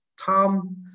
Tom